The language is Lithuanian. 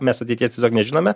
mes ateities tiesiog nežinome